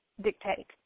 dictate